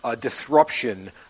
disruption